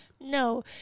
No